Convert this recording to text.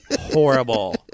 horrible